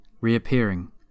reappearing